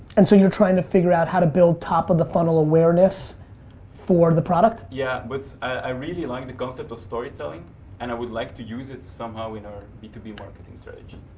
and so you're trying to figure out how to build top-of-the-funnel awareness for the product? yeah, but i really like the concept of storytelling and i would like to use it somehow in our b two b marketing strategy.